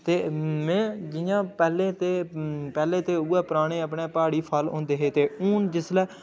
ते में जि'यां पैह्लें ते पैह्लें ते उ'ऐ पराने अपने प्हाड़ी फल होंदे हे ते हून जिसलै